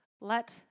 Let